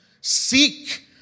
Seek